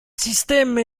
système